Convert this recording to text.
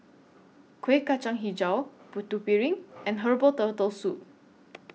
Kueh Kacang Hijau Putu Piring and Herbal Turtle Soup